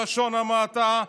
בלשון המעטה,